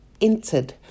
entered